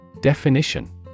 Definition